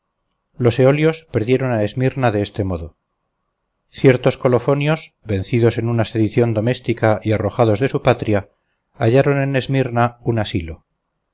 los eolios perdieron a esmirna de este modo ciertos colofonios vencidos en una sedición doméstica y arrojados de su patria hallaron en esmirna un asilo